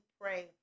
pray